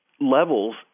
levels